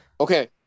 okay